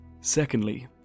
Secondly